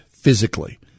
physically